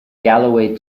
galloway